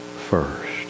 first